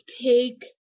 take